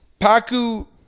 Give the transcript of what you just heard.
Paku